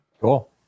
Cool